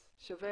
אז שווה